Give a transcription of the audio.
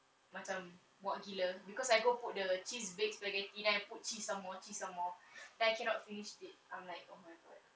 macam muak gila because I go put the cheese baked spaghetti then put cheese some more cheese some more then I cannot finish it I'm like oh my god